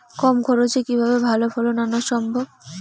কম খরচে কিভাবে ভালো ফলন আনা সম্ভব?